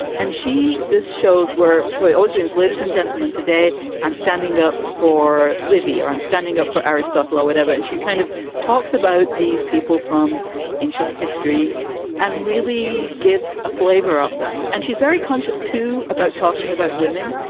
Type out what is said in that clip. and she does shows were. so it always wins. ladies and gentlemen, today i'm standing up for livie or i'm standing up for aristotle or whatever. and she kind of talks about these people from ancient history and really gives a flavour of them. and she's very conscious, too, about talking about women,